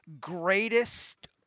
greatest